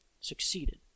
succeeded